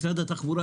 משרד התחבורה,